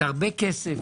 זה הרבה כסף.